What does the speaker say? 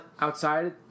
outside